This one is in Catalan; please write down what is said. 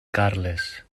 carles